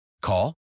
Call